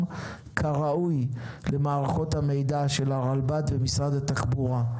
כראוי למערכות המידע של הרלב"ד ומשרד התחבורה.